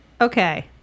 Okay